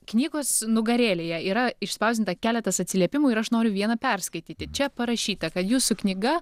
knygos nugarėlėje yra išspausdinta keletas atsiliepimų ir aš noriu vieną perskaityti čia parašyta kad jūsų knyga